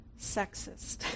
sexist